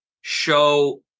show